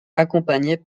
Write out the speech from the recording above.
accompagnée